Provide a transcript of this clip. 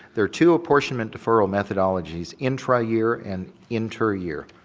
there are two apportionment deferral methodologies, intra year and inter year.